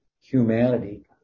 humanity